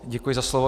Děkuji za slovo.